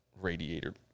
radiator